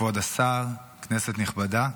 כבוד השר, כנסת נכבדה,